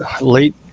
late